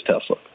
Tesla